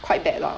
quite bad lah